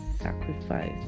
sacrifice